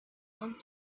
want